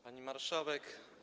Pani Marszałek!